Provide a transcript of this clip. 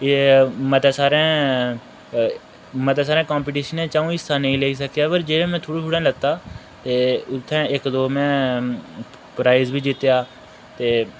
मते सारे मते सारे कंपिटेशनै च आ'ऊं हिस्सा नेईं लेई सकेआ पर जेह्दे च मै थोह्ड़ा थोह्ड़ा लैता ते उत्थै इक दो मै प्राइज़ बी जित्तेआ ते